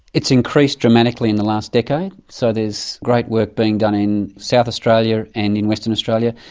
it's increased dramatically in the last decade, so there is great work being done in south australia and in western australia.